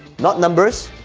not numbers,